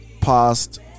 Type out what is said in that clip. past